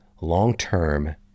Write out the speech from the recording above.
long-term